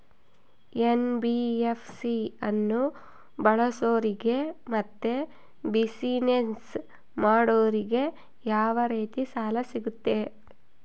NBFC ಅನ್ನು ಬಳಸೋರಿಗೆ ಮತ್ತೆ ಬಿಸಿನೆಸ್ ಮಾಡೋರಿಗೆ ಯಾವ ರೇತಿ ಸಾಲ ಸಿಗುತ್ತೆ?